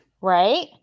Right